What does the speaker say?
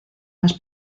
las